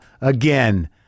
again